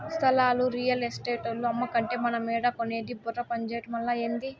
స్థలాలు రియల్ ఎస్టేటోల్లు అమ్మకంటే మనమేడ కొనేది బుర్ర పంజేయటమలా, ఏంది